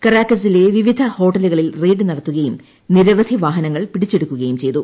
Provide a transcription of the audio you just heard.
കൂരാക്കസിലെ വിവിധ ഹോട്ടലുകളിൽ റെയ്ഡ് നടത്തുകയും നിരവധി വാഹനങ്ങൾ പിടിച്ചെടുക്കുകയും ചെയ്തു